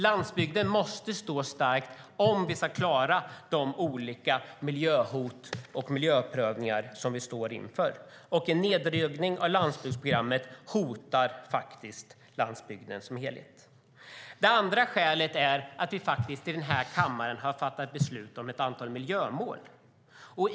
Landsbygden måste stå stark om vi ska klara de olika miljöhot och miljöprövningar som vi står inför. En nedräkning av landsbygdsprogrammet hotar faktiskt landsbygden som helhet. Det andra skälet är att vi i kammaren faktiskt har fattat beslut om ett antal miljömål.